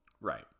Right